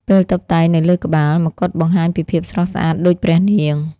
ពេលតុបតែងនៅលើក្បាល មកុដបង្ហាញពីភាពស្រស់ស្អាតដូចព្រះនាង។